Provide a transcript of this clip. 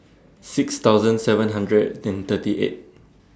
six thousand seven hundred and thirty eight